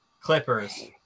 Clippers